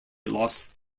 lost